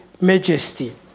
majesty